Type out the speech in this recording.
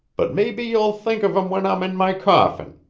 but maybe you'll think of em when i'm in my coffin.